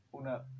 una